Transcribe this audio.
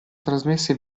trasmesse